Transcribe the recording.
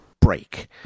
break